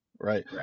right